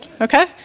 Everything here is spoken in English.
Okay